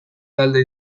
talde